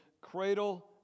cradle